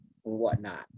whatnot